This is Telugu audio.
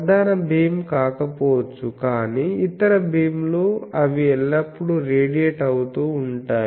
ప్రధాన భీమ్ కాకపోవచ్చు కానీ ఇతర భీమ్ లు అవి ఎల్లప్పుడూ రేడియేట్ అవుతూ ఉంటాయి